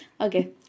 okay